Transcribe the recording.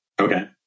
Okay